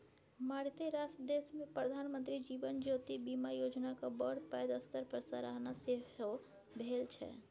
मारिते रास देशमे प्रधानमंत्री जीवन ज्योति बीमा योजनाक बड़ पैघ स्तर पर सराहना सेहो भेल छै